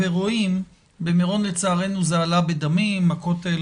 במירון לצערנו זה עלה בדמים, הכותל